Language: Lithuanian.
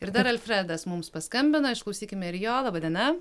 ir dar alfredas mums paskambina išklausykime ir jo laba diena